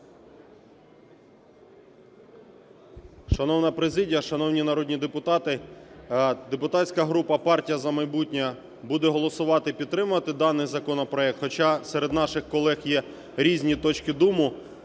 Шановна президія, шановні народні депутати! Депутатська група "Партія "За майбутнє" буде голосувати і підтримувати даний законопроект, хоча серед наших колег є різні точки думок.